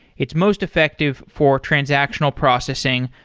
it's most effective for transactional processing,